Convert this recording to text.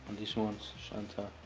these ones. shanta.